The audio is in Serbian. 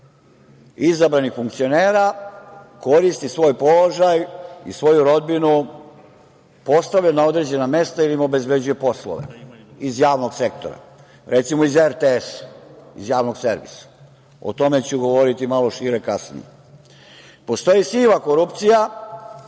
izabranih funkcionera koristi svoj položaj i svoju rodbinu postavi na određena mesta ili im obezbeđuje poslove iz javnog sektora, recimo iz RTS-a, iz javnog servisa. O tome ću govoriti malo šire kasnije. Postoji siva korupcija,